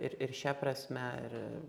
ir ir šia prasme ir